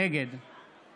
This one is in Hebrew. נגד